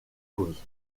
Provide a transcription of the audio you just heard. causes